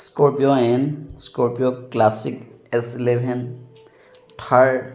scorpio N scorpio classic S eleven Thar